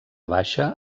baixa